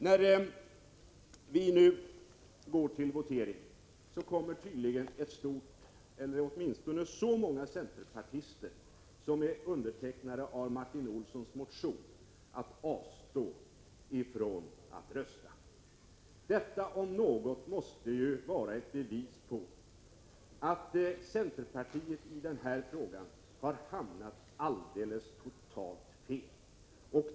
När vi går till votering kommer tydligen ett stort antal centerpartister, eller åtminstone så många som är undertecknare av Martin Olssons motion, att avstå från att rösta. Detta om något måste vara ett bevis på att centerpartiet i den här frågan har hamnat alldeles fel.